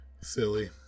Silly